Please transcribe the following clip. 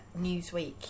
Newsweek